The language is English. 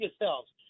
yourselves